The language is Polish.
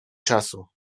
czasu